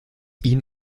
ihn